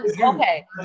Okay